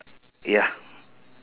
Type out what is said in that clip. ya